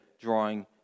drawing